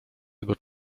tego